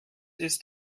ist